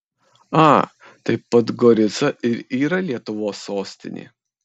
a tai podgorica ir yra lietuvos sostinė